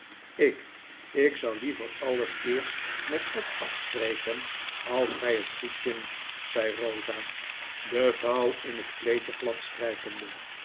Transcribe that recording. ik tk zou liever alles eerst met ed afspreken als gy het goed vindt zei rosa de vouw in het kleedje